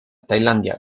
tailandia